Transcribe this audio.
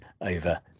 over